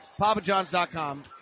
papajohn's.com